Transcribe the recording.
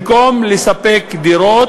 במקום לספק דירות,